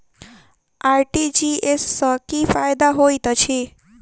RTGS सँ की फायदा होइत अछि?